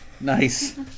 Nice